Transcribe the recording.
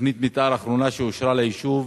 תוכנית המיתאר האחרונה שאושרה ליישוב